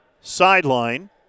sideline